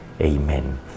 Amen